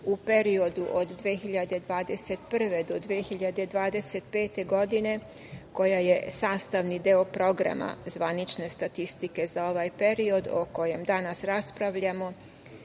u periodu od 2021. do 2025. godine, koja je sastavni deo Programa zvanične statistike za ovaj period, o kojem danas raspravljamo,